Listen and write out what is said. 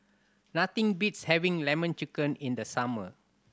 nothing beats having Lemon Chicken in the summer